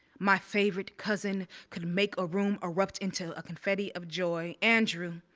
my favorite cousin could make a room erupt into a confetti of joy. andrew,